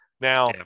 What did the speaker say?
Now